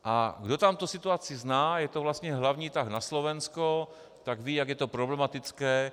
A kdo tam tu situaci zná, je to vlastně hlavní tah na Slovensko, tak ví, jak je to problematické.